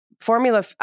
formula –